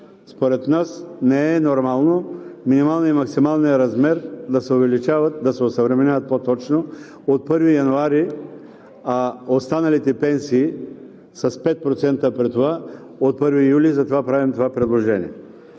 Според нас не е нормално минималният и максималният размер да се увеличават, да се осъвременяват по-точно, от 1 януари, а останалите пенсии с 5% при това от 1 юли. Затова правим това предложение.